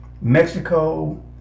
Mexico